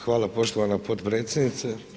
Hvala poštovana potpredsjednice.